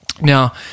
Now